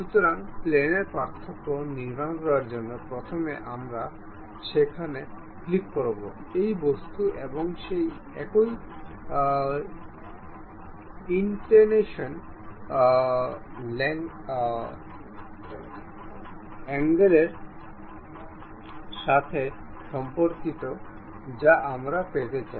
সুতরাং প্লানের পার্থক্য নির্মাণ করার জন্য প্রথমে আমরা সেখানে ক্লিক করব এই বস্তু এবং সেই একই ইনক্লিনেশন অ্যাংলের সাথে সম্পর্কিত যা আমরা পেতে চাই